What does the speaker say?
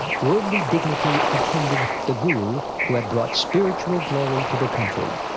worldly dignity attended the guru who had brought spiritual glory to the country.